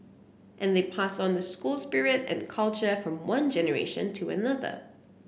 and they pass on the school spirit and culture from one generation to another